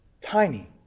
tiny